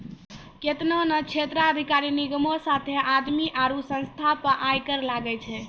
केतना ने क्षेत्राधिकार निगमो साथे आदमी आरु संस्था पे आय कर लागै छै